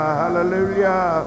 hallelujah